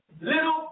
Little